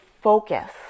focus